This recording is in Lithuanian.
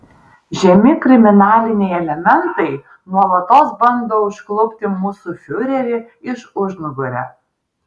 žemi kriminaliniai elementai nuolatos bando užklupti mūsų fiurerį iš užnugario